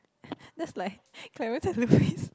that's like Carousell away